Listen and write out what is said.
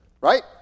Right